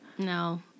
No